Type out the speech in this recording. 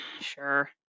sure